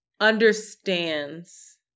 understands